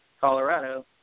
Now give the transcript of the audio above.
Colorado